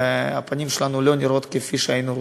והפנים שלנו לא נראות כפי שהיינו רוצים.